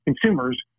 Consumers